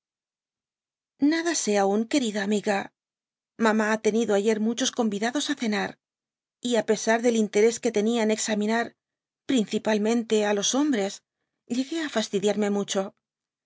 ada sé aun querida amiga mamá ha tenido ayer muchos convidados á cenar y á pesar del ínteres que tenia en examinar principalmente á los hombres llegué d fastidiarme mucho